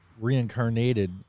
reincarnated